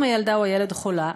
אם הילדה או הילד חולה,